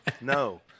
No